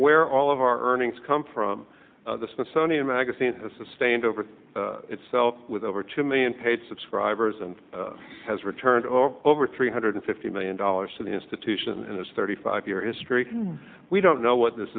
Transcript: where all of our earnings come from the smithsonian magazine has sustained over itself with over two million paid subscribers and has returned or over three hundred fifty million dollars to the institution in those thirty five year history we don't know what this